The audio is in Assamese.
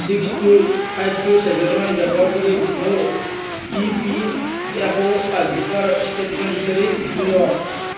six two five two seven one ব্যৱহাৰ কৰি মোৰ ই পি এফ অ' পাছবুকৰ ষ্টেটমেণ্ট বিচাৰি উলিয়াওক